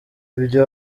ibyo